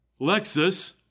Lexus